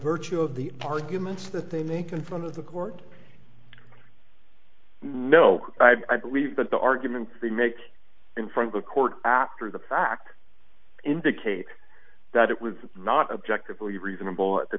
virtue of the arguments that they make in front of the court no i believe that the argument they make in front of a court after the fact indicates that it was not objectively reasonable at the